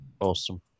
Awesome